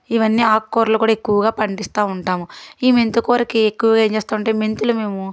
ఇవన్నీ ఆకుకూరలు కూడా ఎక్కువగా పండిస్తూ ఉంటాము ఈ మెంతికూరకి ఎక్కువ ఏం చేస్తాము అంటే మెంతులు మేము